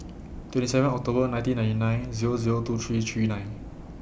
twenty seven October nineteen ninety nine Zero Zero two three three nine